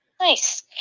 nice